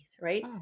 right